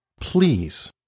please